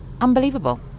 unbelievable